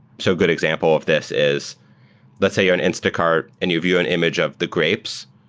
so good example of this is let's say you're in instacart and you view an image of the grapes,